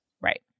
Right